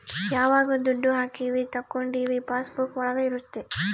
ಯಾವಾಗ ದುಡ್ಡು ಹಾಕೀವಿ ತಕ್ಕೊಂಡಿವಿ ಪಾಸ್ ಬುಕ್ ಒಳಗ ಇರುತ್ತೆ